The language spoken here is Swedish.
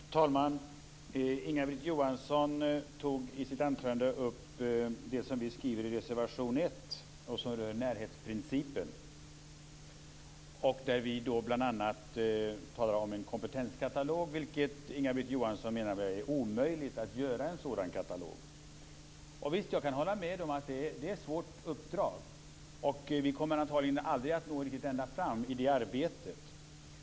Herr talman! Inga-Britt Johansson tog i sitt anförande upp det som vi skriver i reservation 1 och som rör närhetsprincipen. Vi talar där bl.a. om en kompetenskatalog. Inga-Britt Johansson menar att det är omöjligt att göra en sådan katalog. Jag kan hålla med om att det är ett svårt uppdrag och att vi antagligen aldrig kommer att nå ända fram i det arbetet.